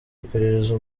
iperereza